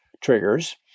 triggers